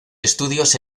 estudios